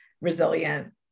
resilient